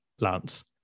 Lance